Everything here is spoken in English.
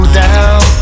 down